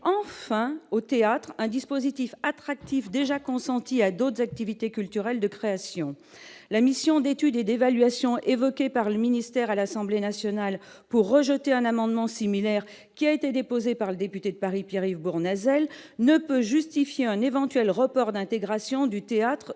enfin au théâtre, un dispositif attractif déjà consenti à d'autres activités culturelles de création, la mission d'étude et d'évaluation, évoquée par le ministère à l'Assemblée nationale pour rejeter un amendement similaire qui a été déposé par le député de Paris, Pierre-Yves Bournazel ne peut justifier un éventuel report d'intégration du théâtre dans